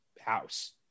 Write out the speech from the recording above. house